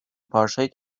pursuit